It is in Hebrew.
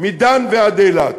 מדן ועד אילת.